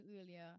earlier